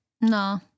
No